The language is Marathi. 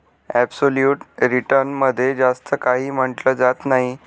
ॲप्सोल्यूट रिटर्न मध्ये जास्त काही म्हटलं जात नाही